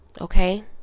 Okay